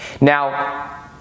Now